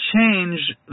change